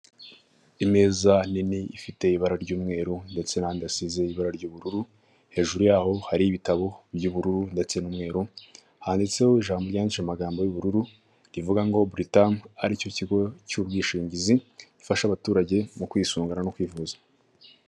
Imeza nini ifite ibara ry'umweru ndetse n'andi asize ibara ry'ubururu, hejuru yaho hari ibitabo by'ubururu ndetse n'umweru handitseho ijambo ryanditse mu magambo y'ubururu rivuga ngo Buritamu, ari cyo kigo cy'ubwishingizi gifasha abaturage mu kwisungana no kwivuza.